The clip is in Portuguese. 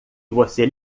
você